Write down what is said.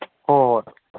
ꯍꯣꯏ ꯍꯣꯏ ꯍꯣꯏ